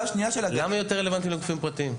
למה היא יותר רלוונטית לגופים פרטיים?